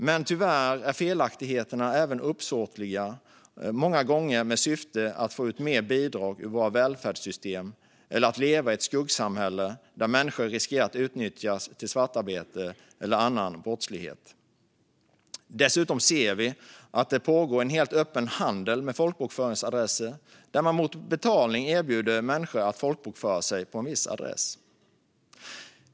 Men tyvärr är felaktigheterna även uppsåtliga, många gånger med syfte att få ut mer bidrag ur vårt välfärdssystem eller att leva i ett skuggsamhälle där människor riskerar att utnyttjas för svartarbete eller annan brottslighet. Vi ser dessutom att det pågår en helt öppen handel med folkbokföringsadresser. Man erbjuder människor att mot betalning folkbokföra sig på en viss adress.